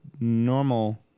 normal